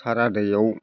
सारा दैआव